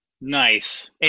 Nice